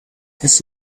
his